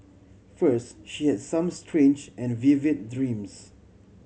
first she had some strange and vivid dreams